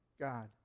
God